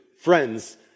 friends